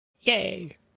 Yay